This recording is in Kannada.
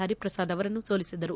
ಹರಿಪ್ರಸಾದ್ ಅವರನ್ನು ಸೋಲಿಸಿದರು